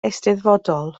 eisteddfodol